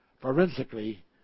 forensically